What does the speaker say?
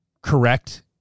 correct